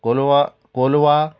Colva Colva